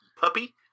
puppy